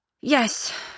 Yes